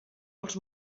els